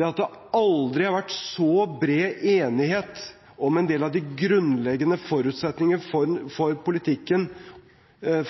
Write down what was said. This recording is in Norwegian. er at det aldri har vært så bred enighet om en del av de grunnleggende forutsetninger for